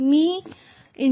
मी 01i